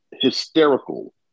hysterical